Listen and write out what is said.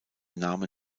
name